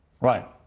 Right